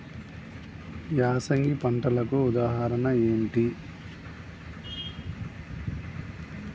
యాసంగి పంటలకు ఉదాహరణ ఏంటి?